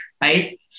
Right